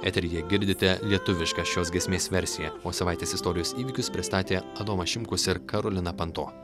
eteryje girdite lietuvišką šios giesmės versiją o savaitės istorijos įvykius pristatė adomas šimkus ir karolina panto